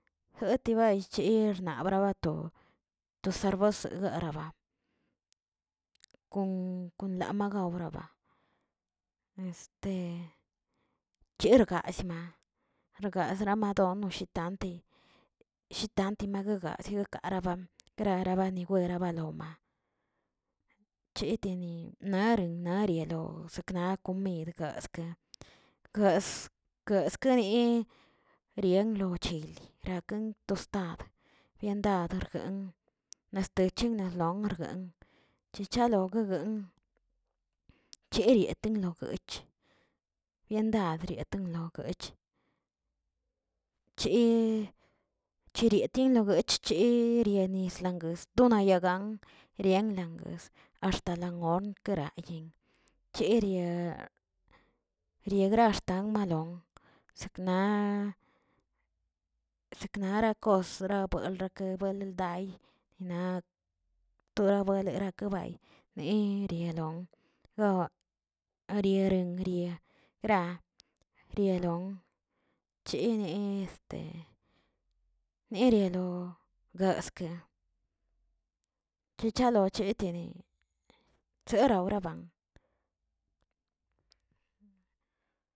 Jetibay yirnabrawni to to sarbas araba, kon- kon lamagayraba chergazma rgazramadon bshitante shitante mague gaygaraban rarabuen raraban libuena magoma chetini narin narin lo sekna komidgoske gos- goskenii rien lochili raken tostad, biendad rguen naste chinargon rguen chichalo gueguen cherieten loguech biendad rieten loguech, chi- chirietin loguech chirienislang stonayagan rienlang axta langon guerayin chirie- riegraxtman bom sakna- saknarakos balrake bal leyday ni na torebuelarak bay nerialon ra guerieren gren raa rielon chene este nerielo gaske chichalo chete chseraoraba.